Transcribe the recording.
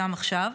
גם עכשיו,